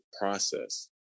process